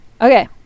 Okay